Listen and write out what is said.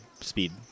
speed